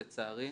לצערי.